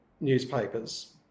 newspapers